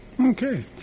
Okay